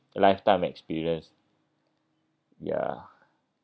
the lifetime experience ya